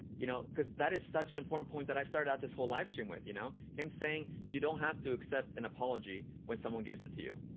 you know? because that is such an important point that i started out this whole live stream with, you know? him saying, you don't have to accept an apology when someone gives it to you.